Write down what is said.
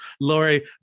Lori